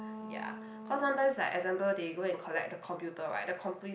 ya cause sometimes like example they go and collect the computer right the compu~